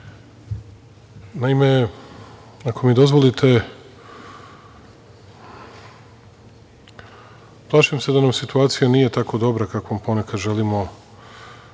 ako mi dozvolite, plašim se da nam situacija nije tako dobra kako ponekad želimo da